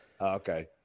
Okay